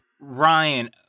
Ryan